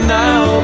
now